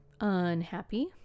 unhappy